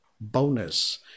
bonus